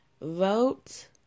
Vote